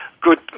good